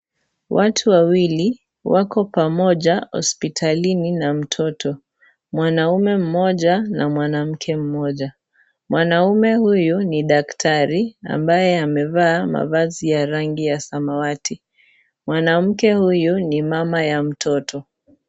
Watu wawili wako pamoja hospitalini na mtoto; mwanaume mmoja na mwanamke mmoja. Mwanaume huyu ni daktari, ambaye amevaa mavazi ya rangi ya samawati. Mwanamke huyu ni mama ya mtoto.